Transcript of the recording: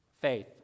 faith